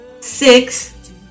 six